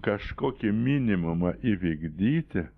kažkokį minimumą įvykdyti